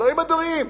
אלוהים אדירים,